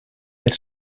per